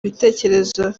ibitekerezo